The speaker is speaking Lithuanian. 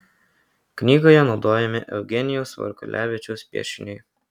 knygoje naudojami eugenijaus varkulevičiaus piešiniai